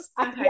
Okay